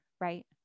right